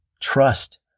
Trust